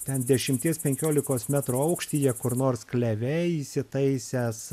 ten dešimties penkiolikos metrų aukštyje kur nors kleve įsitaisęs